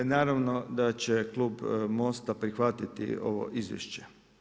Naravno da će klub Most-a prihvatiti ovo izvješće.